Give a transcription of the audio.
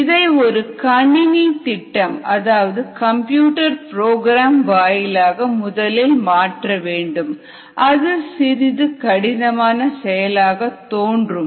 இதை ஒரு கணினி திட்டம் அதாவது கம்ப்யூட்டர் ப்ரோகிராம் வாயிலாக முதலில் மாற்ற வேண்டும் அது சிறிது கடினமான செயலாக தோன்றும்